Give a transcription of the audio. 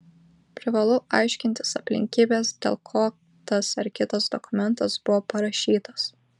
privalu aiškintis aplinkybes dėl ko tas ar kitas dokumentas buvo parašytas